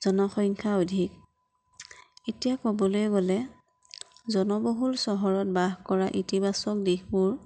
জনসংখ্যা অধিক এতিয়া কবলৈ গ'লে জনবহুল চহৰত বাস কৰা ইতিবাচক দিশবোৰ